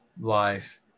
life